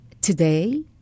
today